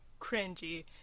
cringy